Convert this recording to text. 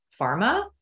pharma